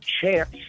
chance